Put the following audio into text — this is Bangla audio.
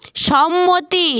সম্মতি